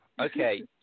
Okay